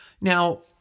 Now